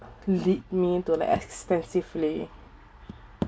lead me to like extensively